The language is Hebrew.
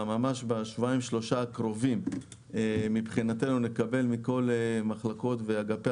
ממש בשבועיים-שלושה הקרובים נקבל מכל מחלקות ואגפי